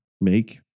make